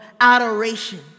adoration